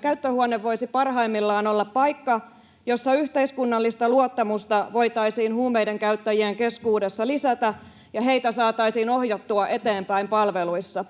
käyttöhuone voisi parhaimmillaan olla paikka, jossa yhteiskunnallista luottamusta voitaisiin huumeiden käyttäjien keskuudessa lisätä, ja heitä saataisiin ohjattua eteenpäin palveluissa.